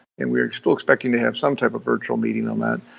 and we're still expecting to have some type of virtual meeting on that,